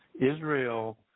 israel